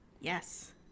Yes